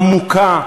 עמוקה,